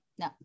No